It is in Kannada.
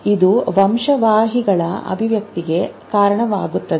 ಇದು ವಂಶವಾಹಿಗಳ ಅಭಿವ್ಯಕ್ತಿಗೆ ಕಾರಣವಾಗುತ್ತದೆ